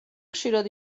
ხშირად